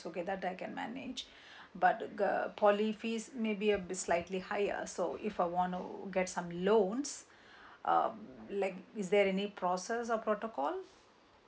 okay that I can manage but uh poly fees maybe a bit slightly higher so if I want to get some loans uh like is there any process or protocol